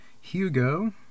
Hugo